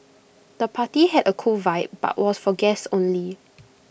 the party had A cool vibe but was for guests only